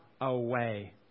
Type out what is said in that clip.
away